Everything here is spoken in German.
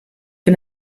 bin